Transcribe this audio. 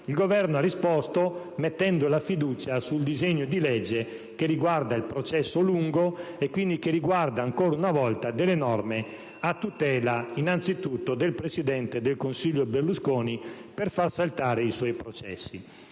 Il Governo ha risposto mettendo la fiducia sul disegno di legge che riguarda "il processo lungo" e che riguarda, ancora una volta, delle norme a tutela innanzitutto del presidente del Consiglio Berlusconi per far saltare i suoi processi.